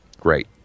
great